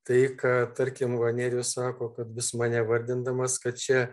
tai ką tarkim va nerijus sako kad vis mane vardindamas kad čia